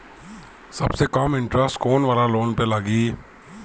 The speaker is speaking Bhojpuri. सबसे कम इन्टरेस्ट कोउन वाला लोन पर लागी?